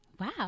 Wow